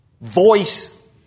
voice